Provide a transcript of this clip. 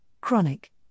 chronic